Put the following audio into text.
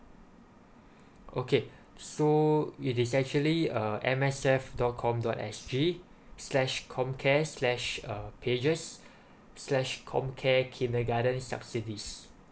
okay so it is actually uh M S F dot com dot S G slash comcare slash uh pages slash comcare kindergarten subsidies